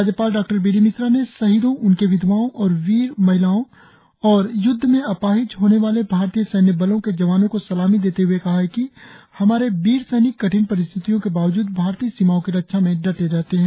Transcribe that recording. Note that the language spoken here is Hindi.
राज्यपाल डॉ बी डी मिश्रा ने शहीदो उनके विधवाओ बीर महिलाओं और य्द्व में अपाहिज होने वाले भारतीय सैन्य बलों के जवानो को सलामी देते हुए कहा है कि हमारी बीर सैनिक कठिन परिस्थितियों के बावजूद भारतीय सीमाओ की रक्षा में दटे रहते है